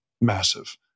massive